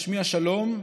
משמיע שלום,